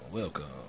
welcome